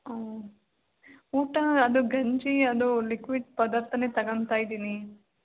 ಹಾಂ ಊಟ ಅದು ಗಂಜಿ ಅದು ಲಿಕ್ವಿಡ್ ಪದಾರ್ಥನೆ ತಗೋತ ಇದ್ದೀನಿ